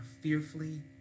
fearfully